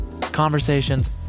Conversations